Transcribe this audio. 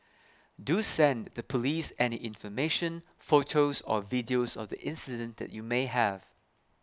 do send the police any information photos or videos of the incident that you may have